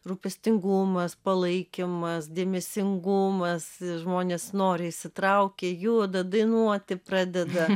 rūpestingumas palaikymas dėmesingumas žmonės noriai įsitraukia juda dainuoti pradeda